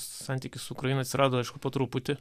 santykis su ukraina atsirado aišku po truputį